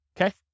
okay